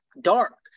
dark